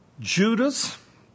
Judas